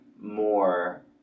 more